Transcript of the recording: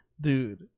Dude